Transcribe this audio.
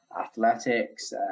athletics